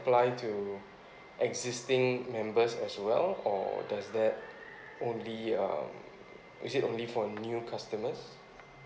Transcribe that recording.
apply to existing members as well or does that only um is it only for new customers